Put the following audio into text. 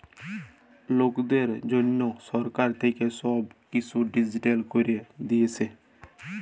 লকদের জনহ সরকার থাক্যে সব কিসু ডিজিটাল ক্যরে দিয়েসে